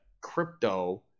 crypto